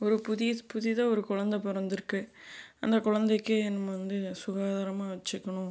ஒரு புதிய புதிதாக ஒரு குழந்த பிறந்துருக்கு அந்த குழந்தைக்கி நம்ம வந்து சுகாதாரமாக வச்சுக்கணும்